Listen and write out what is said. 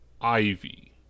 ivy